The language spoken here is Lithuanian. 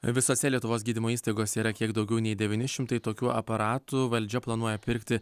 visose lietuvos gydymo įstaigose yra kiek daugiau nei devyni šimtai tokių aparatų valdžia planuoja pirkti